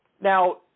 Now